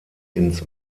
ins